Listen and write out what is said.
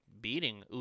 beating